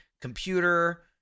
computer